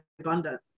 abundant